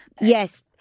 Yes